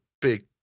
big